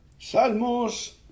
Salmos